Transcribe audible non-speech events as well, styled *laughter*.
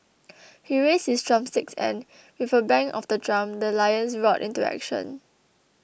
*noise* he raised his drumsticks and with a bang of the drum the lions roared into action